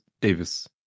Davis